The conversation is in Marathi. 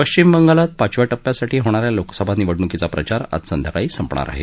पश्विम बंगाल मध्ये पाचव्या टप्प्यासाठी होणाऱ्या लोकसभा निवडणुकीचा प्रचार आज संध्याकाळी संपणार आहे